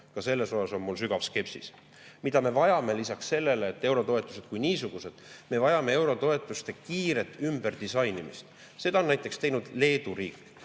Ka selles osas on mul sügav skepsis. Mida me vajame lisaks sellele, et on eurotoetused kui niisugused: me vajame eurotoetuste kiiret ümberdisainimist. Seda on näiteks teinud Leedu riik.